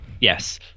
Yes